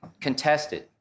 contested